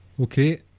Okay